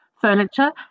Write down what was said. furniture